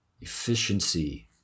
efficiency